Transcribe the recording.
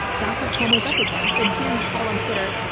that's what cuomo is up against. and here he called on twitter,